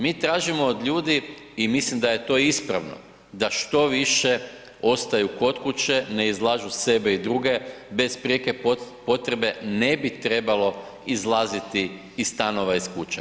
Mi tražimo od ljudi i mislim da je to ispravno da što više ostaju kod kuće, ne izlažu sebe i druge bez prijeke potrebe ne bi trebalo izlaziti iz stanova, iz kuća.